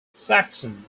saxon